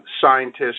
scientists